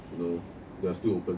you know they are still open